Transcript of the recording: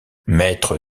maître